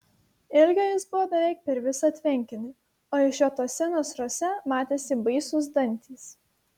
ilgio jis buvo beveik per visą tvenkinį o išžiotuose nasruose matėsi baisūs dantys